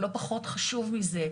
אבל לא פחות חשוב מזה,